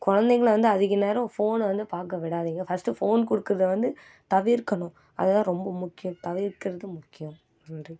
குழந்தைங்கள வந்து அதிக நேரம் ஃபோனை வந்து பார்க்க விடாதீங்க ஃபஸ்ட்டு ஃபோன் கொடுக்கறத வந்து தவிர்க்கணும் அதுதான் ரொம்ப முக்கியம் தவிர்க்கிறது முக்கியம் நன்றி